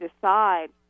decide